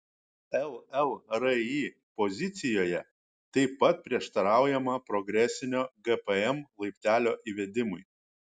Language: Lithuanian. llri pozicijoje taip pat prieštaraujama progresinio gpm laiptelio įvedimui